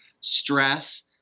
stress